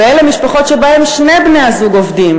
ואלה משפחות שבהן שני בני-הזוג עובדים